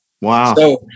Wow